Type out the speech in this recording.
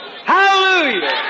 Hallelujah